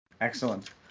Excellent